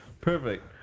Perfect